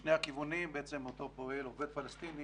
משני הכיוונים אותו פועל, עובד פלסטיני,